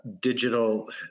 digital